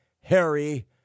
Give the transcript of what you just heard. Harry